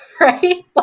right